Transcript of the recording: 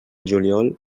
juliol